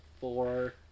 four